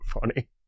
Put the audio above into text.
funny